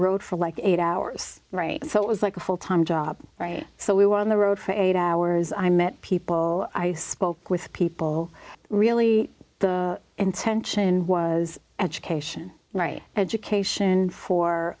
road for like eight hours right so it was like a full time job right so we were on the road for eight hours i met people i spoke with people really the intention was education right education for